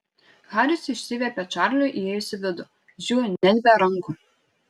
haris išsiviepė čarliui įėjus į vidų žiū net be rankų